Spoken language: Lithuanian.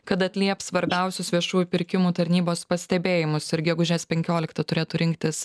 kad atlieps svarbiausius viešųjų pirkimų tarnybos pastebėjimus ir gegužės penkioliktą turėtų rinktis